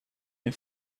این